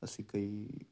ਅਸੀਂ ਕਈ